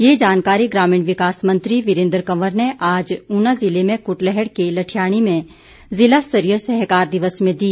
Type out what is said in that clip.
ये जानकारी ग्रामीण विकास मंत्री वीरेन्द्र कंवर ने आज ऊना जिले में क्टलैहड़ के लठियाणी में जिलास्तरीय सहकार दिवस में दी